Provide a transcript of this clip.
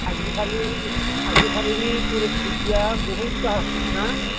आजिखालि आजिखालिनि फरिस्थिथिया बुहुथ गाज्रि ना